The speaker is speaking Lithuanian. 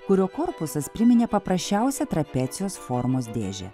kurio korpusas priminė paprasčiausią trapecijos formos dėžę